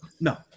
no